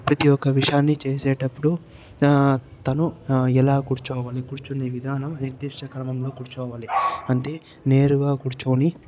ప్రతి ఒక్క విషయాన్ని చేసేటప్పుడు అతను ఎలా కూర్చోవాలి కూర్చునే విధానం నిర్దిష్ట క్రమంలో కూర్చోవాలి అంటే నేరుగా కూర్చొని